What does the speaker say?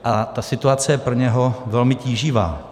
A ta situace je pro něj velmi tíživá.